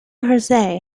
hersey